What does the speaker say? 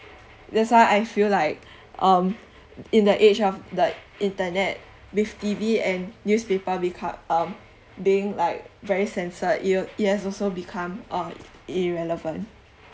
that's why I feel like um in the age of the internet with T_V and newspaper beco~ um being like very censored it'll it has also become uh irrelevant